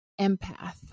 empath